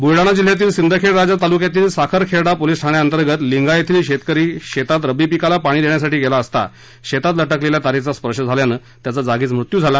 बुलडाणा जिल्ह्यातील सिंदखेडराजा तालुक्यातील साखरखेर्डा पोलीस ठाण्याअंतर्गत लिंगा येथील शेतकरी शेतात रब्बी पिकाला पाणी देण्यासाठी गेला असता शेतात लटकलेल्या तारेचा स्पर्श झाल्यानं त्याचा जागीच मृत्यू झाला